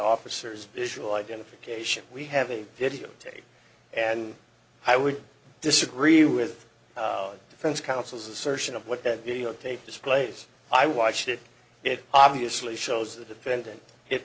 officers visual identification we have a videotape and i would disagree with defense counsel's assertion of what that video tape displays i watched it it obviously shows the defendant i